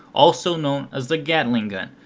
also known as the gatling gun,